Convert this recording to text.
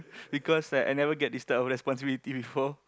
because like I never get this type of responsibility before